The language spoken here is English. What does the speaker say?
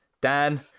dan